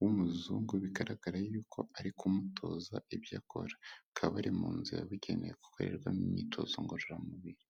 w'umuzungu bigaragara y'uko ari kumutoza ibyo akora. Bakaba bari mu nzu yabugenewe gukorerwamo imyitozo ngororamubiri.